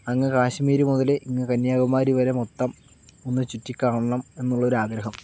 അങ്ങു കാശ്മീർ മുതൽ ഇങ്ങ് കന്യാകുമാരി വരെ മൊത്തം ഒന്നു ചുറ്റി കാണണം എന്നുള്ള ഒരു ആഗ്രഹം